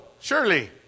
surely